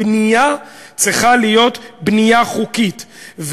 בנייה צריכה להיות בנייה חוקית,